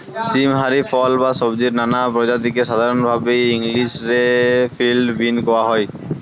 সীম হারি ফল বা সব্জির নানা প্রজাতিকে সাধরণভাবি ইংলিশ রে ফিল্ড বীন কওয়া হয়